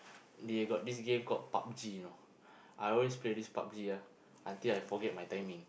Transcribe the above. they got this game called Pub-G you know I always play this Pub-G ah until I forget my timing